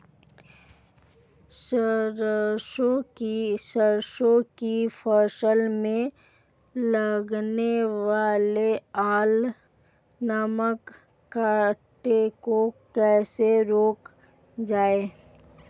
सरसों की फसल में लगने वाले अल नामक कीट को कैसे रोका जाए?